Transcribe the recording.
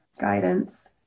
guidance